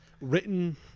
written